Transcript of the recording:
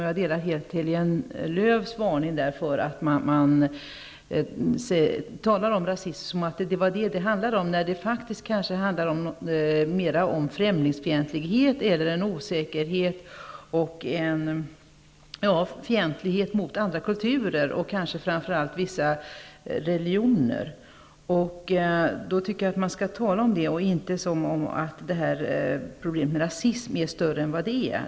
Jag ställer mig helt bakom Helene Lööws varning mot att tala om rasism när det faktiskt mera handlar om en främlingsfientlighet, en osäkerhet och en intolerans mot andra kulturer, kanske framför allt mot andra religioner. Då tycker jag att man skall tala om det, inte som om problemet med rasism är större än vad det är.